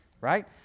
right